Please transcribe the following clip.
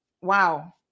wow